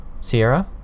Sierra